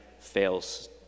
fails